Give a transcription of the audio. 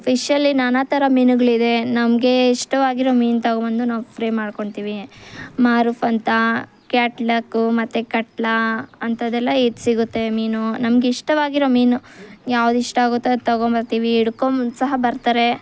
ಫಿಶ್ಶಲ್ಲಿ ನಾನಾ ಥರ ಮೀನುಗಳಿದೆ ನಮಗೆ ಇಷ್ಟವಾಗಿರೋ ಮೀನು ತೊಗೊಂಡ್ಬಂದು ನಾವು ಫ್ರೈ ಮಾಡ್ಕೊಳ್ತೀವಿ ಮಾರುಫ್ ಅಂತ ಕ್ಯಾಟ್ಲಾಕು ಮತ್ತು ಕಟ್ಲ ಅಂಥದ್ದೆಲ್ಲ ಇದು ಸಿಗುತ್ತೆ ಮೀನು ನಮಗಿಷ್ಟವಾಗಿರೋ ಮೀನು ಯಾವ್ದು ಇಷ್ಟ ಆಗುತ್ತೋ ಅದು ತೊಗೊಂಡ್ಬರ್ತೀವಿ ಹಿಡ್ಕೊಂಡ್ಬಂದು ಸಹ ಬರ್ತಾರೆ